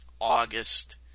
August